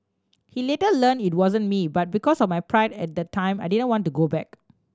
he later learn it wasn't me but because of my pride at the time I didn't want to go back